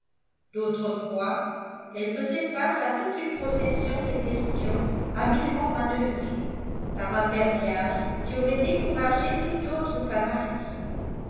fois elle faisait face à toute une procession de questions habilement manœuvrées par un verbiage qui aurait découragé tout autre qu'un martyr